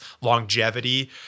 longevity